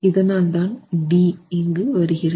இதனால்தான் d இங்கு வருகிறது